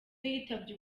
yitabye